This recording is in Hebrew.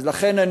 לכן אני